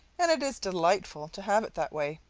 and it is delightful to have it that way,